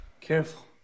Careful